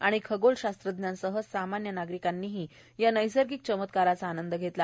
आणि खगोल शास्त्रज्ञांसह सामान्य नागरिकांनीही या नैसर्गिक चमत्काराचा आनंद घेतला